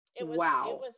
Wow